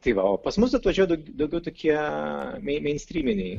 tai va o pas mus atvažiuoja daugiau tokie meinstryminiai